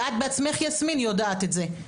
ואת בעצמך יסמין יודעת את זה,